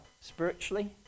spiritually